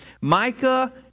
Micah